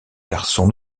garçon